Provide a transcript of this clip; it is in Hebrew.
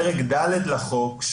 פרק ד' לחוק,